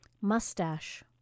Mustache